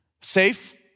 Safe